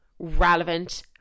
relevant